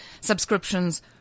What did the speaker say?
subscriptions